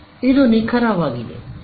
ಇದು ನಿಖರವಾಗಿದೆ